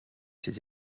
ses